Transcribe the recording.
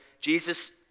Jesus